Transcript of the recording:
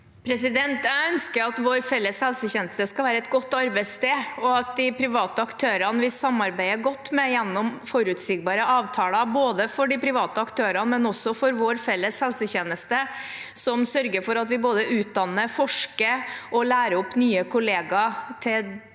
Jeg ønsker at vår felles helsetjeneste skal være et godt arbeidssted, og at vi samarbeider godt med de private aktørene gjennom forutsigbare avtaler, både for de private aktørene og for vår felles helsetjeneste, og sørger for at vi både utdanner, forsker og lærer opp nye kollegaer til det